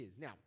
Now